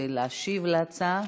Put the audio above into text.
להשיב על ההצעה.